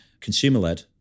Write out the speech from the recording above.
Consumer-led